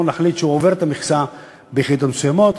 להחליט שהוא עובר את המכסה ביחידות מסוימות.